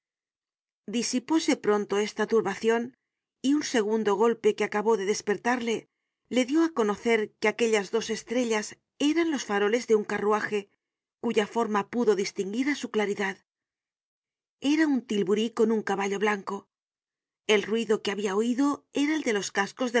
tierra disipóse pronto esta turbacion y un segundo golpe que acabó de despertarle